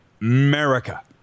America